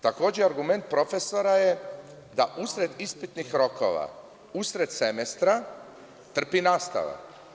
Takođe, argument profesora je da usred ispitnih rokova, usred semestra trpi nastava.